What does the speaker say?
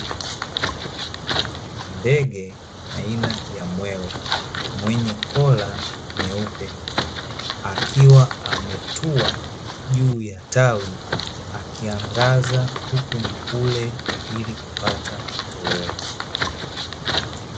Ndege aina ya mwewe mwenye kola nyeupe, akiwa ametua juu ya tawi akiangaza huku na kule ili kupata kitoweo.